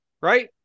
right